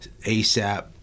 ASAP